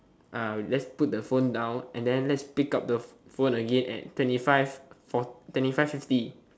let's put the phone down and then let's pick up the phone again at twenty five twenty five fifty